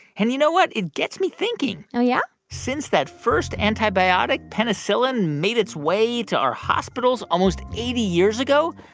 and you know what? it gets me thinking oh, yeah? since that first antibiotic, penicillin, made its way to our hospitals almost eighty years ago,